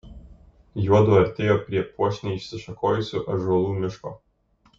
juodu artėjo prie puošniai išsišakojusių ąžuolų miško